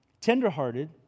tenderhearted